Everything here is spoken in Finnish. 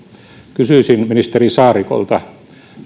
kysyisin ministeri saarikolta